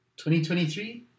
2023